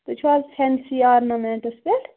تُہۍ چھُو حظ فٮ۪نسی آرنامٮ۪نٛٹَس پٮ۪ٹھ